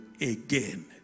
again